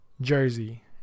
jersey